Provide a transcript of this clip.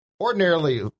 ordinarily